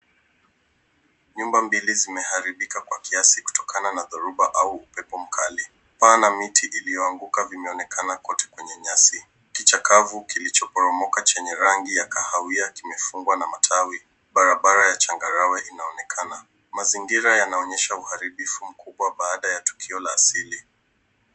Nyumba mbili zimeharibika kwa kiasi kutokana na dhoruba au upepo mkali. Paa na miti iliyoanguka vimeonekana kote kwenye nyasi. Kichakavu kilichoporomoka chenye rangi ya kahawia kimefungwa na matawi. Barabara ya changarawe inaonekana. Mazingira yanaonyesha uharibifu mkubwa baada ya tukio la asili.